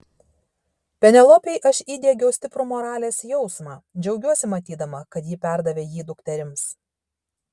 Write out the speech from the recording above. penelopei aš įdiegiau stiprų moralės jausmą džiaugiuosi matydama kad ji perdavė jį dukterims